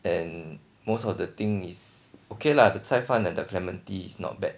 and most of the thing is okay lah the 菜饭 at the clementi is not bad